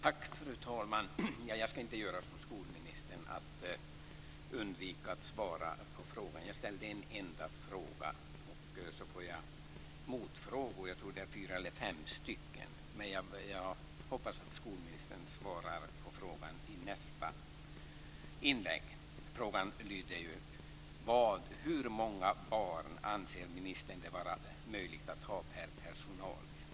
Fru talman! Jag ska inte göra som skolministern, undvika att svara på frågan. Jag ställde en enda fråga och så får jag fyra eller fem motfrågor. Men jag hoppas att skolministern svarar på frågan i nästa inlägg. Frågan lydde: Hur många barn anser ministern det vara möjligt att ha per anställd?